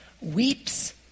weeps